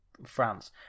france